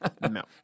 No